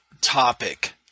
topic